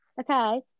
Okay